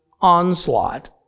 onslaught